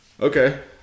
okay